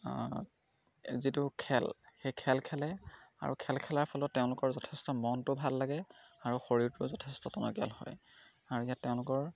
যিটো খেল সেই খেল খেলে আৰু খেল খেলাৰ ফলত তেওঁলোকৰ যথেষ্ট মনটো ভাল লাগে আৰু শৰীৰটো যথেষ্ট টনকিয়াল হয় আৰু ইয়াত তেওঁলোকৰ